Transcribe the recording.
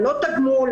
ללא תגמול,